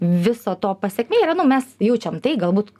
viso to pasekmė yra nu mes jaučiam tai galbūt